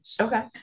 Okay